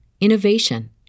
innovation